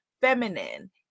feminine